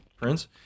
prince